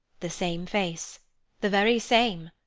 the same face the very same.